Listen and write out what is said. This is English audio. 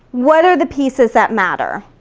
what are the pieces that matter?